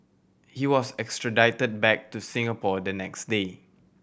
he was extradited back to Singapore the next day